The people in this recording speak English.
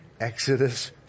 Exodus